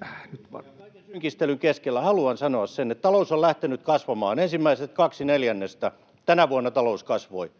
Kaiken synkistelyn keskellä haluan sanoa sen, että talous on lähtenyt kasvamaan. Ensimmäiset kaksi neljännestä tänä vuonna talous kasvoi,